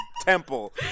temple